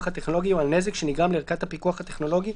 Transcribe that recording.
הטכנולוגי או על נזק שנגרם לערכת הפיקוח הטכנולוגי,